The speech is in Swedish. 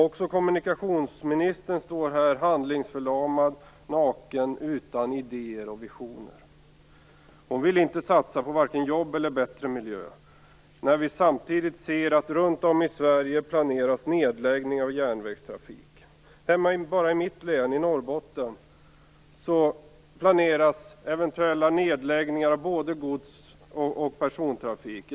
Också kommunikationsministern står här handlingsförlamad och "naken", utan idéer och visioner. Hon vill inte satsa på vare sig jobb eller bättre miljö. Samtidigt ser vi att runt om i Sverige planeras nedläggningar av järnvägstrafik. Enbart i mitt hemlän Norrbotten planeras eventuella nedläggningar av både gods och persontrafik.